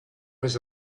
was